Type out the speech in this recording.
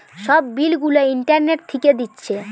সব বিল গুলা ইন্টারনেট থিকে দিচ্ছে